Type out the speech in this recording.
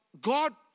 God